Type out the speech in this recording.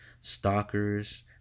Stalkers